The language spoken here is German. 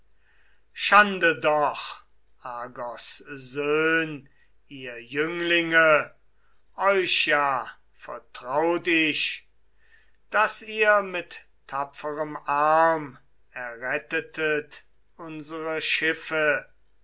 schande doch argos söhn ihr jünglinge euch ja vertraut ich daß ihr mit tapferem arm errettetet unsere schiffe